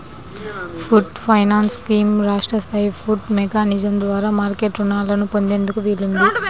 pooled finance scheme రాష్ట్ర స్థాయి pooled mechanism ద్వారా మార్కెట్ రుణాలను పొందేందుకు వీలుంది